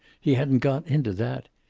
he hadn't gone into that.